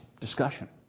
Discussion